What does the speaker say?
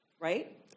right